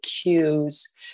cues